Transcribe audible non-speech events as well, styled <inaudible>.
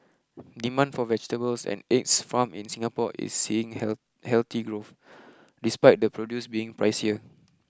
demand for vegetables and eggs farmed in Singapore is seeing <unintelligible> healthy growth despite the produce being pricier